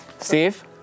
Steve